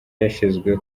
yashyizwe